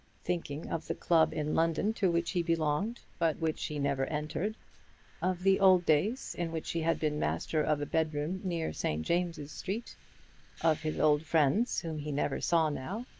thinking of the club in london to which he belonged, but which he never entered of the old days in which he had been master of a bedroom near st. james's street of his old friends whom he never saw now,